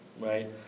right